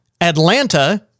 Atlanta